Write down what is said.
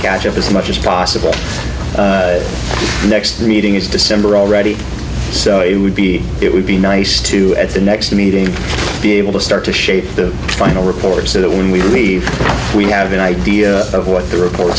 catch up as much as possible next meeting is december already so it would be it would be nice to at the next meeting be able to start to shape the final report so that when we leave we have an idea of what the report